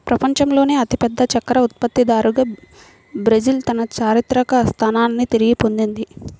ప్రపంచంలోనే అతిపెద్ద చక్కెర ఉత్పత్తిదారుగా బ్రెజిల్ తన చారిత్రక స్థానాన్ని తిరిగి పొందింది